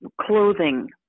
clothing